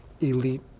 elite